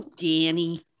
Danny